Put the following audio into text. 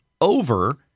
over